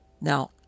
Now